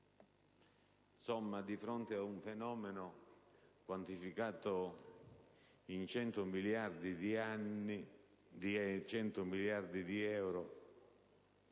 Insomma, di fronte ad un fenomeno quantificato in 100 miliardi di euro,